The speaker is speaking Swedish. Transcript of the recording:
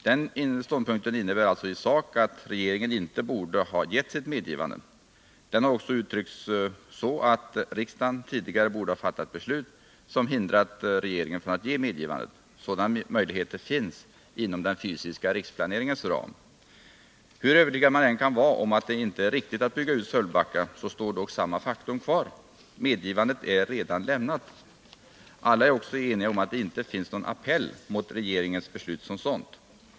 Den ståndpunkten innebär alltså i sak att regeringen inte borde ha givit sitt medgivande. Den har också uttryckts så, att riksdagen tidigare borde ha fattat beslut som hindrat regeringen från att ge medgivandet — sådana möjligheter finns inom den fysiska riksplaneringens ram. Hur övertygad man än kan vara om att det inte är riktigt att bygga ut Sölvbacka, så står dock samma faktum kvar — medgivandet är redan lämnat. Alla är också eniga om att det inte finns någon appell mot regeringens beslut som sådant.